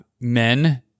men